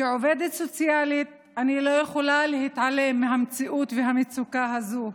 כעובדת סוציאלית אני לא יכולה להתעלם מהמציאות ומהמצוקה הזאת.